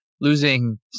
losing